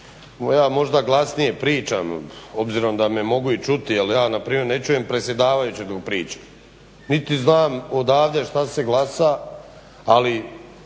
Ja možda glasnije pričam obzirom da me mogu i čuti jer ja na primjer ne čujem predsjedavajućeg dok priča niti znam odavde što se glasa, ali